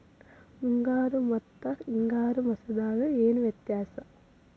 ಮುಂಗಾರು ಮತ್ತ ಹಿಂಗಾರು ಮಾಸದಾಗ ಏನ್ ವ್ಯತ್ಯಾಸ?